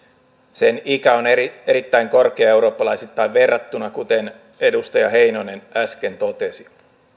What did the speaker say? sen ikä on tosiaan erittäin korkea eurooppalaisittain kuten edustaja heinonen äsken totesi